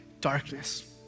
darkness